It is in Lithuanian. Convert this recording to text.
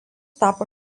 tapo